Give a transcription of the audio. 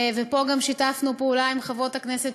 ופה גם שיתפנו פעולה עם חברות הכנסת